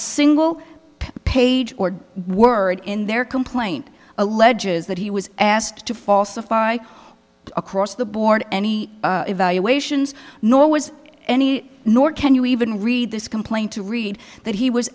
single page or word in their complaint alleges that he was asked to falsify or across the board any evaluations nor was any nor can you even read this complaint to read that he was